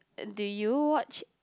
uh do you watch